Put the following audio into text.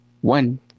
One